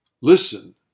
Listen